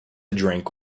drink